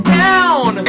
down